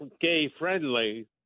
gay-friendly